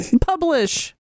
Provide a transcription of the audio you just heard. publish